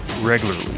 regularly